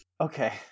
Okay